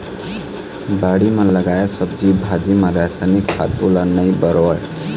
बाड़ी म लगाए सब्जी भाजी म रसायनिक खातू ल नइ बउरय